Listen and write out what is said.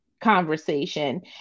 conversation